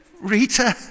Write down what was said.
Rita